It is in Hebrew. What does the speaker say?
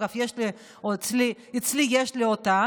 אגב, אצלי יש אותם.